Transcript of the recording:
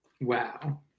Wow